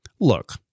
Look